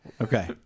Okay